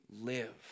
live